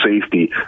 safety